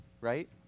right